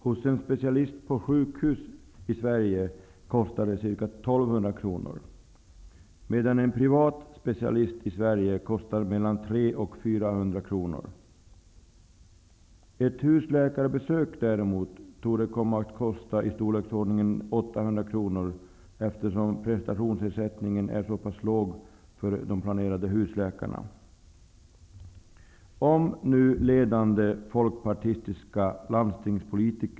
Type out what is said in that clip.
Hos en specialist på sjukhus kostar det i Sverige ca 1 200 kr, medan det hos en privat specialist kostar 300--400 kr. Ett husläkarbesök torde däremot komma att kosta i storleksordningen 800 kr, eftersom prestationsersättningen är så pass låg för de planerade husläkarna.